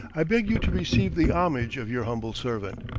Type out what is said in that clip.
i beg you to receive the homage of your humble servant.